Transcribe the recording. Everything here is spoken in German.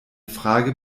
frage